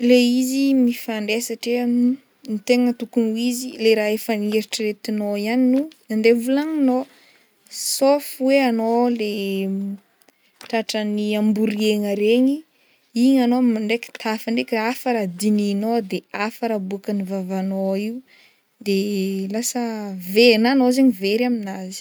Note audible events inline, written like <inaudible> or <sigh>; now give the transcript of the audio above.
Le izy mifandray satria <hesitation> ny tegna tokony ho izy le raha efa nieriteretinao ihany no andeha hovolagninao sauf hoe anao le <noise> tratran'ny amboriagna regny igny anao ndraiky tafandraiky hafa raha dinihinao de hafa raha aboakan'ny vavanaoio de lasa ve- na anao zegny very aminazy.